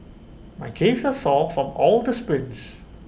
my caves are sore from all the sprints